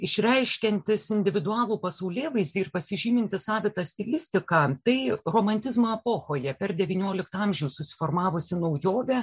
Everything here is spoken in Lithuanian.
išreiškiantis individualų pasaulėvaizdį ir pasižyminti savita stilistika tai romantizmo epochoje per devynioliktą amžių susiformavusi naujovė